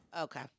okay